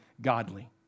godly